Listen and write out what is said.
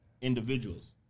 individuals